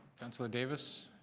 councillor davis,